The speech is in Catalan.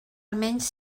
almenys